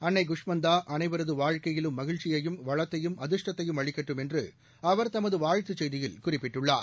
அன்னை குஷ்மந்தா அனைவரது வாழ்க்கையிலும் மகிழ்ச்சியையும் வளத்தையும் அதிாஷ்டத்தையும் அளிக்கட்டும் என்று அவர் தமது வாழ்த்துச் செய்தியில் குறிப்பிட்டுள்ளார்